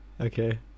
Okay